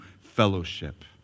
fellowship